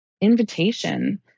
invitation